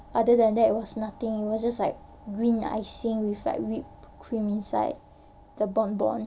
other than that it was nothing it was just like green icing with like whipped cream inside the bombom